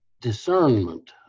discernment